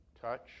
touch